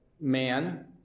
man